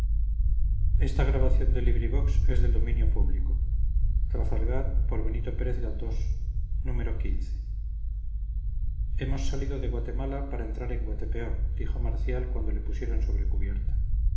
hemos salido de guatemala para entrar en guatepeor dijo marcial cuando le pusieron sobre cubierta